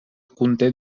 conté